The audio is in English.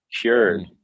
cured